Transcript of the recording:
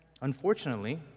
unfortunately